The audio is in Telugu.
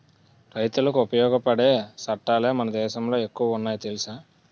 రైతులకి ఉపయోగపడే సట్టాలే మన దేశంలో ఎక్కువ ఉన్నాయి తెలుసా